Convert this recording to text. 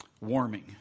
warming